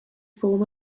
form